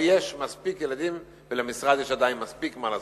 אבל יש מספיק תלמידים ולמשרד יש עדיין מספיק מה לעשות.